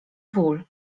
ból